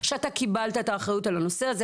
שאתה קיבלת את האחריות לנושא הזה.